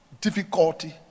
difficulty